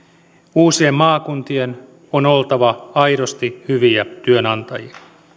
uusien maakuntien on oltava aidosti hyviä työnantajia